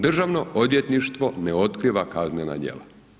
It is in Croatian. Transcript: Državno odvjetništvo ne otkiva kaznena djela.